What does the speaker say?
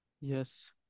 Yes